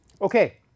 Okay